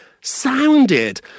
sounded